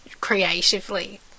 creatively